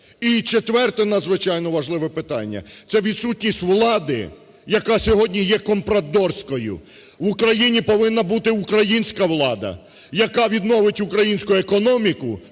І четверте надзвичайно важливе питання – це відсутність влади, яка сьогодні є компрадорською. В Україні повинна бути українська влада, яка відновить українську економіку